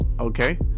Okay